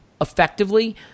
effectively